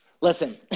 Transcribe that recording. Listen